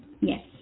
yes